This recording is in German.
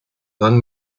dann